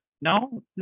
no